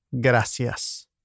gracias